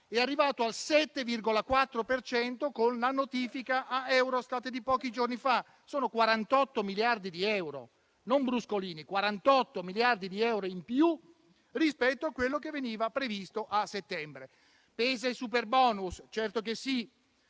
è arrivato al 7,4 per cento con la notifica a Eurostat di pochi giorni fa. Sono 48 miliardi di euro, non bruscolini; 48 miliardi di euro in più rispetto a quello che veniva previsto a settembre. Pesa il superbonus? Certo che sì.